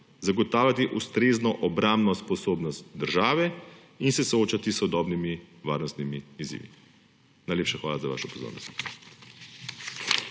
zagotavljati ustrezno obrambno sposobnost države in se soočati s sodobnimi varnostnimi izzivi. Najlepša hvala za vašo pozornost.